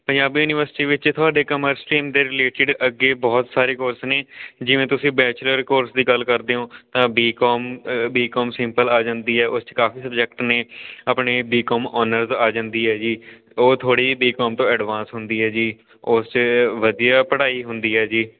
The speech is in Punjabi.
ਪੰਜਾਬੀ ਯੂਨੀਵਰਸਿਟੀ ਵਿੱਚ ਤੁਹਾਡੇ ਕਮਰਸ ਟੀਮ ਦੇ ਰਿਲੇਟਿਡ ਅੱਗੇ ਬਹੁਤ ਸਾਰੇ ਕੋਰਸ ਨੇ ਜਿਵੇਂ ਤੁਸੀਂ ਬੈਚਲਰ ਕੋਰਸ ਦੀ ਗੱਲ ਕਰਦੇ ਓਂ ਤਾਂ ਬੀਕੌਮ ਬੀਕੌਮ ਸਿੰਪਲ ਆ ਜਾਂਦੀ ਹੈ ਉਹ 'ਚ ਕਾਫੀ ਸਬਜੈਕਟ ਨੇ ਆਪਣੇ ਬੀਕੌਮ ਓਨਰਸ ਆ ਜਾਂਦੀ ਹੈ ਜੀ ਉਹ ਥੋੜ੍ਹੀ ਜੀ ਬੀਕੌਮ ਤੋਂ ਐਡਵਾਂਸ ਹੁੰਦੀ ਹੈ ਜੀ ਉਸ 'ਚ ਵਧੀਆ ਪੜ੍ਹਾਈ ਹੁੰਦੀ ਹੈ ਜੀ